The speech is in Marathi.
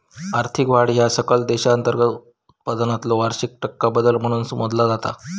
आर्थिक वाढ ह्या सकल देशांतर्गत उत्पादनातलो वार्षिक टक्का बदल म्हणून मोजला जाता